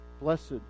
Blessed